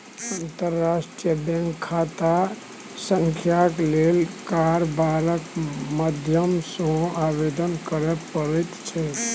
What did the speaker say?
अंतर्राष्ट्रीय बैंक खाता संख्याक लेल कारबारक माध्यम सँ आवेदन करय पड़ैत छै